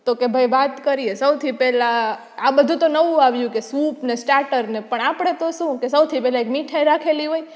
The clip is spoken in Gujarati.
તો ભઈ કે વાત કરીએ તો સૌથી પહેલાં આ બધું તો નવું આવ્યું કે સૂપ ને સ્ટાર્ટર ને પણ આપણે તો શું કે સૌથી પહેલાં એક મીઠાઇ રાખેલી હોય